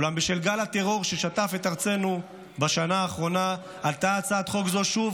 אולם בשל גל הטרור ששטף את ארצנו בשנה האחרונה עלתה הצעת חוק זו שוב